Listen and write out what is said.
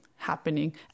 happening